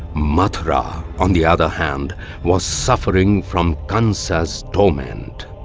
mathura on the other hand was suffering from kamsa's torment.